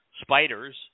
spiders